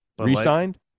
Resigned